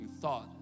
thought